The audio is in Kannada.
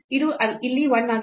ಇದು ಇಲ್ಲಿ 1 ಆಗಿದೆ